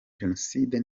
jenoside